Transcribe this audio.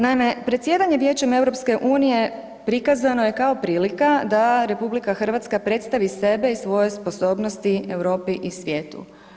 Naime, predsjedanje Vijećem EU prikazano je kao prilika da RH predstavi sebe i svoje sposobnosti Europi i svijetu.